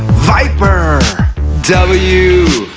viper w,